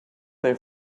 they